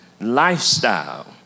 lifestyle